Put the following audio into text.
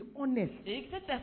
honest